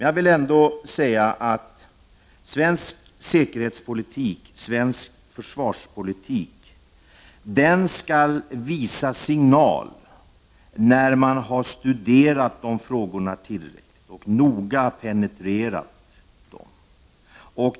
Jag vill ändå säga att svensk säkerhetspolitik och försvarspolitik skall visa signal när man har studerat dessa frågor tillräckligt och noga penetrerat dem.